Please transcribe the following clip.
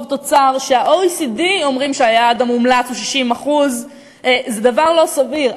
תוצר כשה-OECD אומרים שהיעד המומלץ הוא 60% זה דבר לא סביר.